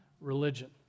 religion